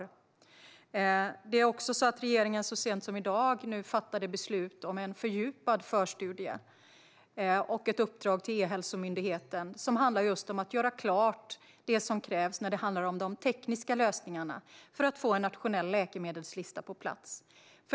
Så sent som i dag fattade regeringen också beslut om en fördjupad förstudie och ett uppdrag till E-hälsomyndigheten att göra klart det som krävs när det gäller de tekniska lösningarna för att få en nationell läkemedelslista på plats.